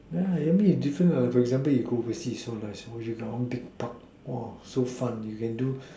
yeah I mean it's different lah for example you go overseas so nice you got one big part !wah! so fun you can do